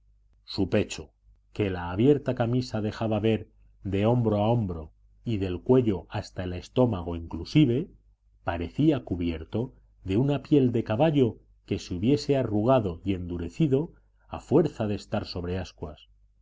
su pecho que la abierta camisa dejaba ver de hombro a hombro y del cuello hasta el estómago inclusive parecía cubierto de una piel de caballo que se hubiese arrugado y endurecido a fuerza de estar sobre ascuas